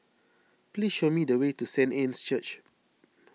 please show me the way to Saint Anne's Church